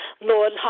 Lord